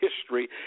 history